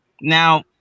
Now